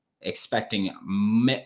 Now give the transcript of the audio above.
expecting